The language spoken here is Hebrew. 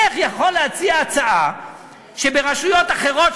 איך יכול להציע הצעה שברשויות אחרות,